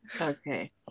okay